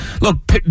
Look